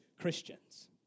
Christians